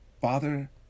Father